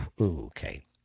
okay